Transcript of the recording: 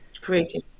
creating